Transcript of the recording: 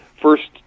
first